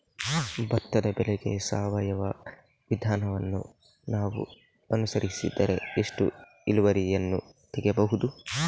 ಭತ್ತದ ಬೆಳೆಗೆ ಸಾವಯವ ವಿಧಾನವನ್ನು ನಾವು ಅನುಸರಿಸಿದರೆ ಎಷ್ಟು ಇಳುವರಿಯನ್ನು ತೆಗೆಯಬಹುದು?